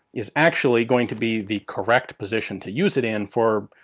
is actually going to be the correct position to use it in for,